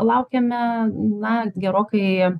laukiame na gerokai